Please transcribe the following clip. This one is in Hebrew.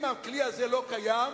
אם הכלי הזה לא קיים,